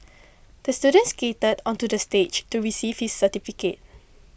the student skated onto the stage to receive his certificate